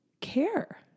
care